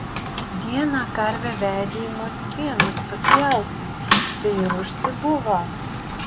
dieną karvę vedė į mockėnus pas jautį tai ir užsibuvo